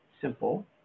simple